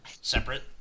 separate